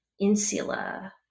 insula